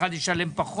והשני ישלם יותר.